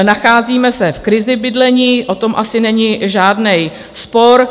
Nacházíme se v krizi bydlení, o tom asi není žádný spor.